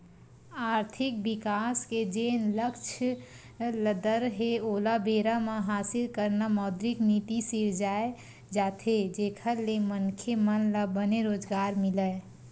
आरथिक बिकास के जेन लक्छ दर हे ओला बेरा म हासिल करना मौद्रिक नीति सिरजाये जाथे जेखर ले मनखे मन ल बने रोजगार मिलय